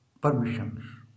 permissions